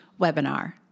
webinar